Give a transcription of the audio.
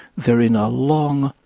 they are in a long,